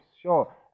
sure